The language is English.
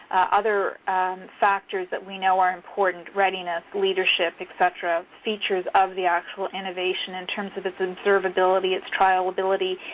other factors that we know are important, readiness, leadership, et cetera, features of the actual innovation in terms of its observability, its trialability.